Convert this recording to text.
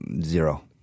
Zero